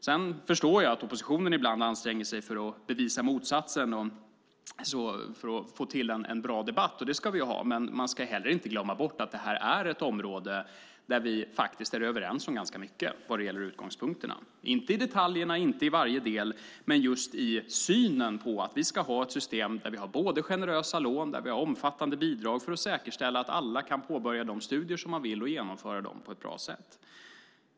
Sedan förstår jag att oppositionen anstränger sig för att bevisa motsatsen för att få till en bra debatt. Och det ska vi ha. Men man ska inte heller glömma bort att detta är ett område där vi faktiskt är överens om ganska mycket när det gäller utgångspunkterna, inte i detaljerna och inte i varje del men just i synen på att vi ska ha ett system där vi har både generösa lån och omfattande bidrag för att säkerställa att alla kan påbörja de studier som de vill och genomföra dem på ett bra sätt.